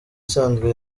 isanzwe